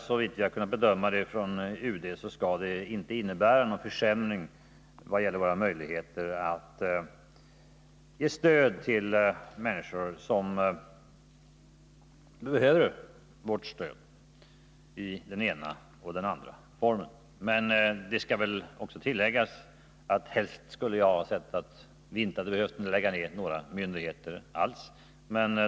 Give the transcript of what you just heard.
Såvitt vi har kunnat bedöma det i UD skall detta inte innebära någon försämring vad gäller våra möjligheter att ge stöd till människor som behöver vårt stöd i den ena eller andra formen. Men det skall väl också tilläggas att jag helst skulle ha sett att vi inte hade behövt lägga ned några myndigheter alls.